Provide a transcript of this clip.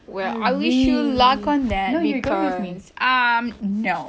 well I wish you luck on that cause um no